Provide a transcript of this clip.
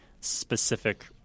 specific